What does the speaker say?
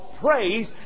praise